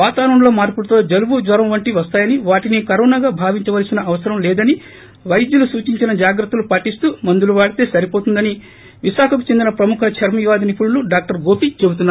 వాతావరణంలో మార్పులతో జలుబు జ్వరం వంటివి వస్తాయని వాటిని కరోనాగా భావించవలసిన అవసరం లేదని వైద్యులు సూచించిన జాగ్రత్తలు పాటిస్తూ మందులు వాడితే సరిపోతుందని విశాఖకు చెందిన ప్రముఖ చర్మ వ్యాధి నిపుణుడు డాక్టర్ గోపి చెబుతున్నారు